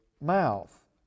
mouth